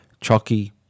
Chucky